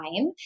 time